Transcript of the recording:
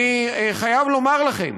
אני חייב לומר לכם